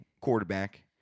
quarterback